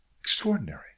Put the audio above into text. Extraordinary